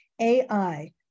AI